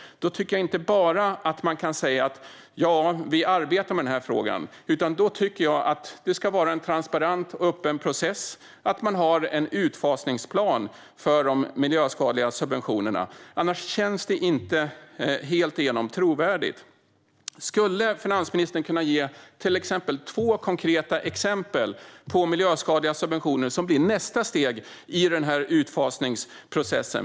Då tycker jag inte att man bara kan säga att man arbetar med frågan, utan då tycker jag att det ska vara en transparent och öppen process och att man ska ha en utfasningsplan för de miljöskadliga subventionerna. Annars känns det inte helt igenom trovärdigt. Skulle finansministern till exempel kunna ge två konkreta exempel på miljöskadliga subventioner som blir nästa steg i utfasningsprocessen?